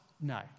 no